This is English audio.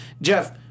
Jeff